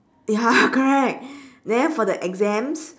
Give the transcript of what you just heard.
ya correct then for the exams